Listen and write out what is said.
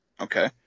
Okay